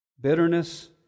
Bitterness